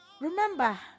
Remember